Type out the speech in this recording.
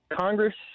Congress